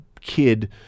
kid